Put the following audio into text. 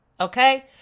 Okay